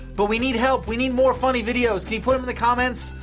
but we need help. we need more funny videos. can you put them in the comments?